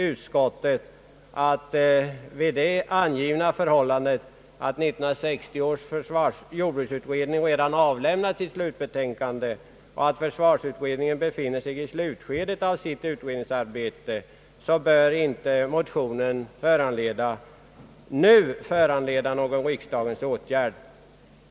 Utskottet förklarar att eftersom 1960 års jordbruksutredning redan avlämnat sitt slutbetänkande och försvarsutredningen befinner sig i slutskedet av sitt utredningsarbete, bör motionen inte nu föranleda någon riksdagens åtgärd.